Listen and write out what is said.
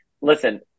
listen